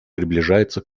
приближается